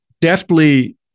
deftly